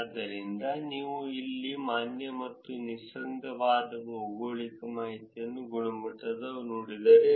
ಆದ್ದರಿಂದ ನೀವು ಇಲ್ಲಿ ಮಾನ್ಯ ಮತ್ತು ನಿಸ್ಸಂದಿಗ್ಧವಾದ ಭೌಗೋಳಿಕ ಮಾಹಿತಿಯ ಗುಣಮಟ್ಟವನ್ನು ನೋಡಿದರೆ